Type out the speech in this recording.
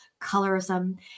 colorism